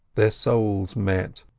their souls met,